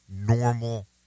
normal